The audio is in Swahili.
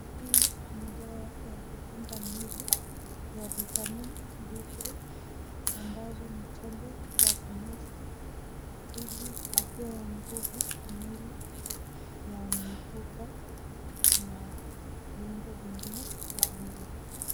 Hii ni dawa ya kukinga mwili vitamin D-3 ambazo ni tembe za meza, ili ipee nguvu mwili ya mifupa na viongo vingine vya mwili.